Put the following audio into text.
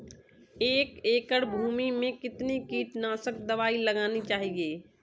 एक एकड़ भूमि में कितनी कीटनाशक दबाई लगानी चाहिए?